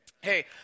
hey